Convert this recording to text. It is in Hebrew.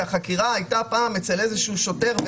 כי החקירה הייתה פעם אצל איזה שוטר,